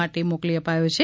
માટે મોકલી આપ્યો છે